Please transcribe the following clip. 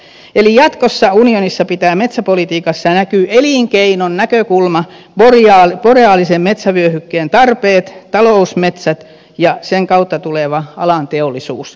eli jatkossa unionissa pitää metsäpolitiikassa näkyä elinkeinon näkökulma boreaalisen metsävyöhykkeen tarpeet talousmetsät ja sen kautta tuleva alan teollisuus